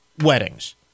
weddings